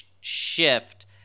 shift